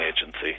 agency